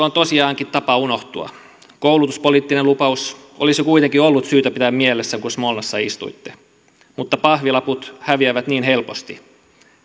on tosiaankin tapa unohtua koulutuspoliittinen lupaus olisi kuitenkin ollut syytä pitää mielessä kun smolnassa istuitte mutta pahvilaput häviävät niin helposti